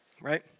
Right